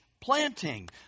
planting